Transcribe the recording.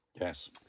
Yes